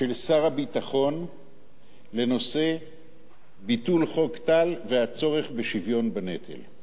של שר הביטחון לנושא ביטול חוק טל והצורך בשוויון בנטל.